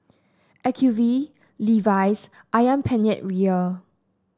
Acuvue Levi's ayam Penyet Ria